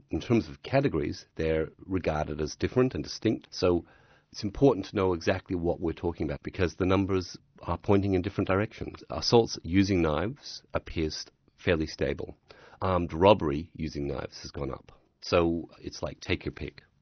in terms of categories, they're regarded as different and distinct, so it's important to know exactly what we're talking about, because the numbers are pointing in different directions. assaults using knives appear fairly stable armed robbery using knives has gone up. so it's like take your pick.